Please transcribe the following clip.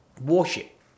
warship